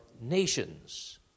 nations